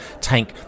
tank